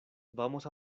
vamos